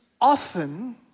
often